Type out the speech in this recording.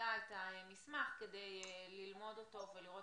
לוועדה את המסמך כדי ללמוד אותו ולראות